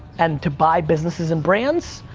and to buy businesses and brands,